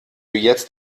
jetzt